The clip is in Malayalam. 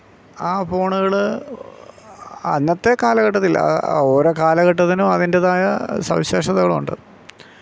ആ ഫോണുകൾ അന്നത്തെ കാലഘട്ടത്തിൽ ഓരോ കാലഘട്ടത്തിനും അതിൻ്റേതായ സവിശേഷതകൾ ഉണ്ട്